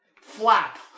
flap